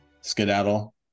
skedaddle